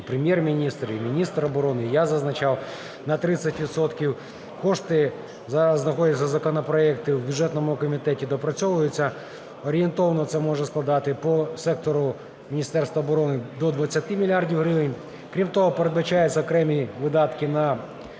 і Прем'єр-міністр, і міністр оборони, і я зазначав, на 30 відсотків. Кошти, зараз знаходяться законопроекти в бюджетному комітеті, доопрацьовуються, орієнтовно це може складати по сектору Міністерства оборони до 20 мільярдів гривень. Крім того, передбачаються окремі видатки на